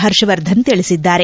ಹರ್ಷವರ್ಧನ್ ತಿಳಿಸಿದ್ದಾರೆ